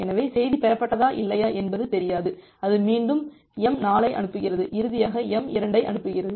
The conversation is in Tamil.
எனவே செய்தி பெறப்பட்டதா இல்லையா என்பது தெரியாது அது மீண்டும் m4 ஐ அனுப்புகிறது இறுதியாக m2 ஐ அனுப்புகிறது